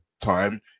time